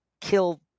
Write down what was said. kill